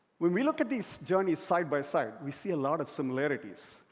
when we look at these journeys side by side, we see a lot of similarities,